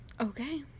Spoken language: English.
Okay